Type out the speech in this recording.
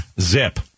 zip